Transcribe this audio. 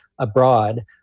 abroad